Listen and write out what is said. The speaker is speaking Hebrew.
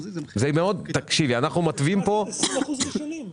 20% ראשונים.